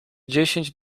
dziesięć